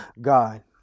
God